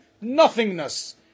Nothingness